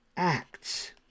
acts